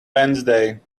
wednesday